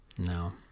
No